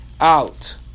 out